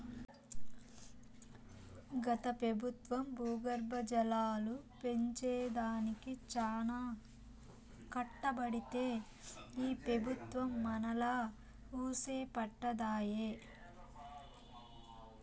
గత పెబుత్వం భూగర్భ జలాలు పెంచే దానికి చానా కట్టబడితే ఈ పెబుత్వం మనాలా వూసే పట్టదాయె